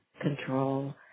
control